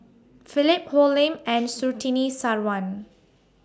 Philip Hoalim and Surtini Sarwan